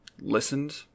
listened